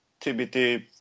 TBT